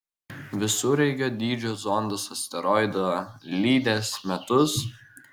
visureigio dydžio zondas asteroidą lydės metus